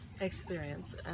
experience